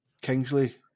Kingsley